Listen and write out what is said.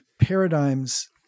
paradigms